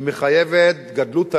היא מחייבת גדלות הלב,